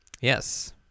Yes